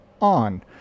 ON